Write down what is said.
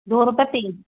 दो रुपये तीन